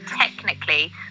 technically